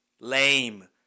Lame